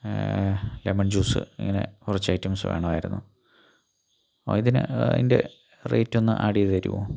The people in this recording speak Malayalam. ലെമൺ ജ്യൂസ് ഇങ്ങനെ കുറച്ച് ഐറ്റംസ് വേണമായിരുന്നു ഇതിന് ഇതിൻ്റെ റേറ്റ് ഒന്ന് ആഡ് ചെയ്തു തരുമോ